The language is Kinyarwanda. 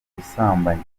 ubusambanyi